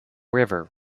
river